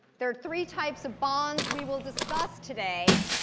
there are three types of bonds we will discuss today.